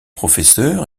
professeur